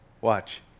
Watch